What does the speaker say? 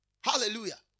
hallelujah